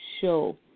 show